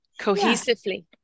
cohesively